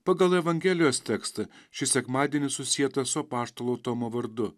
pagal evangelijos tekstą šis sekmadienis susietas su apaštalo tomo vardu